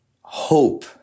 hope